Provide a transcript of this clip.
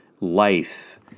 life